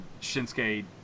Shinsuke